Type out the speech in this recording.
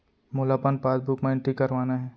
मोला अपन पासबुक म एंट्री करवाना हे?